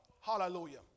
Hallelujah